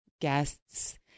guests